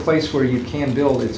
place where you can build